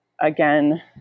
Again